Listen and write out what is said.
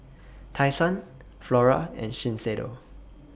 Tai Sun Flora and Shiseido